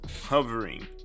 hovering